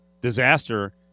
disaster